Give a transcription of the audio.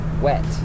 wet